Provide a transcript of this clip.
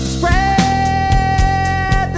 Spread